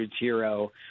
hero